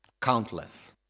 Countless